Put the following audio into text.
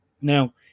Now